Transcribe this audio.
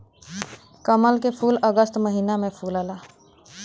कमल के फूल अगस्त महिना में फुलला